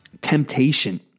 Temptation